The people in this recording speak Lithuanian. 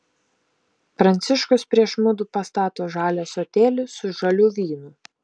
pranciškus prieš mudu pastato žalią ąsotėlį su žaliu vynu